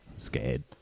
scared